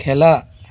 খেলা